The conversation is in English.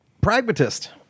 Pragmatist